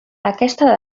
aquesta